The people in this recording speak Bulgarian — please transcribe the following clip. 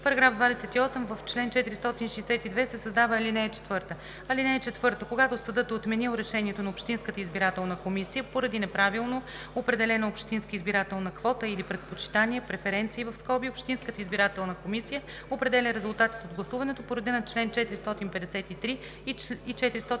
§ 28: „§ 28. В чл. 462 се създава ал. 4: „(4) Когато съдът е отменил решението на общинската избирателна комисия поради неправилно определена общинска избирателна квота или предпочитания (преференции), общинската избирателна комисия определя резултатите от гласуването по реда на чл. 453 и 454.“